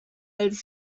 als